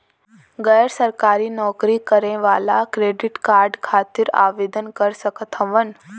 गैर सरकारी नौकरी करें वाला क्रेडिट कार्ड खातिर आवेदन कर सकत हवन?